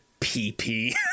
PP